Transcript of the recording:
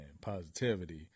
positivity